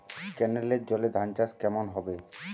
কেনেলের জলে ধানচাষ কেমন হবে?